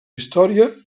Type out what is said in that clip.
història